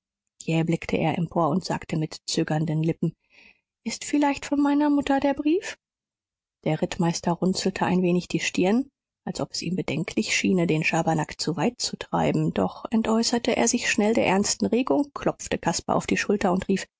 jäh blickte er empor und sagte mit zögernden lippen ist vielleicht von meiner mutter der brief der rittmeister runzelte ein wenig die stirn als ob es ihm bedenklich schiene den schabernack zu weit zu treiben doch entäußerte er sich schnell der ernsten regung klopfte caspar auf die schulter und rief